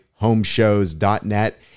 homeshows.net